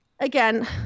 Again